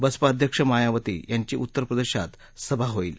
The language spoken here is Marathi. बसपा अध्यक्ष मायावती यांची उत्तरप्रदेशात सभा होईल